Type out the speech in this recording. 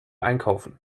einkaufen